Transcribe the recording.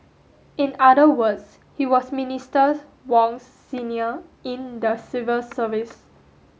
in other words he was Ministers Wong's senior in the civil service